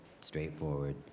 straightforward